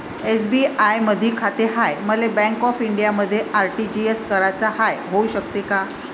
SBI मधी खाते हाय, मले बँक ऑफ इंडियामध्ये आर.टी.जी.एस कराच हाय, होऊ शकते का?